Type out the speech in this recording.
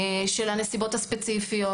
של הנסיבות הספציפיות.